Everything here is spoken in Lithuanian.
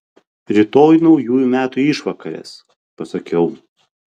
rytoj naujųjų metų išvakarės pasakiau